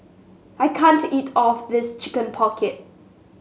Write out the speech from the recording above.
I can't eat of this Chicken Pocket